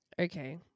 Okay